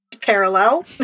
parallel